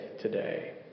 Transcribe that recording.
today